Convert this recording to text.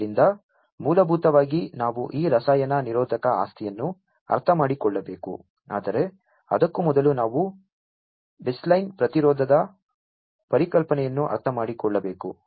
ಆದ್ದರಿಂದ ಮೂಲಭೂತವಾಗಿ ನಾವು ಈ ರಸಾಯನ ನಿರೋಧಕ ಆಸ್ತಿಯನ್ನು ಅರ್ಥಮಾಡಿಕೊಳ್ಳಬೇಕು ಆದರೆ ಅದಕ್ಕೂ ಮೊದಲು ನಾವು ಬೇಸ್ಲೈನ್ ಪ್ರತಿರೋಧದ ಪರಿಕಲ್ಪನೆಯನ್ನು ಅರ್ಥಮಾಡಿಕೊಳ್ಳಬೇಕು